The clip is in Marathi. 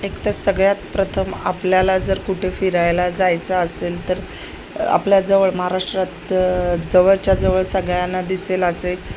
एकतर सगळ्यात प्रथम आपल्याला जर कुठे फिरायला जायचं असेल तर आपल्या जवळ महाराष्ट्रात जवळच्या जवळ सगळ्यांना दिसेल असे